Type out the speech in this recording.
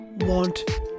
want